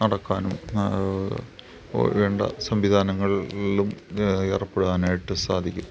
നടക്കാനും പോകേണ്ട സംവിധാനങ്ങളിലും ഏർപ്പെടാനായിട്ട് സാധിക്കും